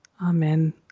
Amen